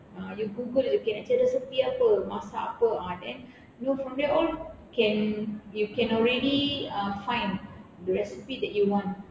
ah you google jer okay nak cari resipi apa masak apa ah then you know from then on can you can already uh find the recipe that you want